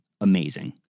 amazing